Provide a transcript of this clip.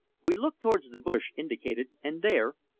we looked towards the bush indicated, and there,